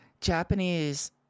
Japanese